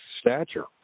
stature